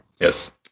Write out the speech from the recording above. Yes